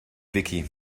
wiki